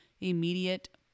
immediate